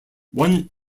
one